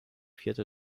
vierte